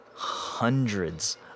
Hundreds